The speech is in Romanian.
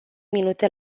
minute